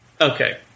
Okay